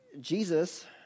Jesus